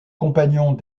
compagnons